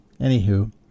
Anywho